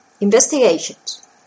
investigations